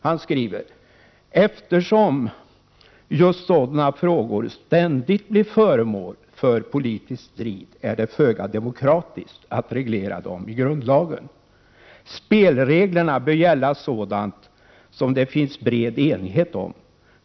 Han skriver: ”Eftersom just sådana frågor ständigt blir föremål för politisk strid är det föga demokratiskt att reglera dem i grundlagen.” Och han tillägger: ”Spelreglerna bör gälla sådant som det finns bred enighet om.